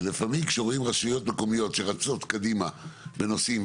ולפעמים כשרואים רשויות מקומיות שרצות קדימה לנושאים,